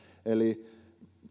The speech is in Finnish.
eli